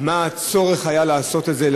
מה היה הצורך לעשות את זה,